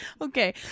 okay